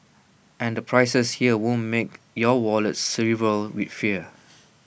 and the prices here won't make your wallet shrivel with fear